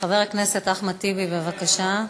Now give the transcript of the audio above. חבר הכנסת אחמד טיבי, בבקשה.